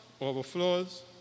overflows